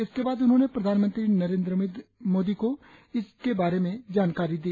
इसके बाद उन्होंने प्रधानमंत्री नरेन्द्र मोदी को इस बारे में जानकारी दी